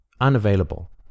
unavailable